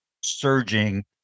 surging